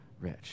rich